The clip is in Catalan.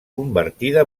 convertida